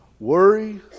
Worry